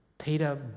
Peter